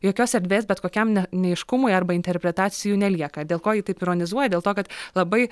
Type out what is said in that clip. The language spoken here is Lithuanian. jokios erdvės bet kokiam neaiškumui arba interpretacijų nelieka dėl ko ji taip ironizuoja dėl to kad labai